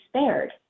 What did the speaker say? spared